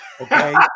okay